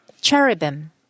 cherubim